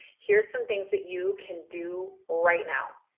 here's some things that you can do right now.